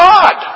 God